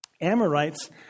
Amorites